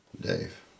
Dave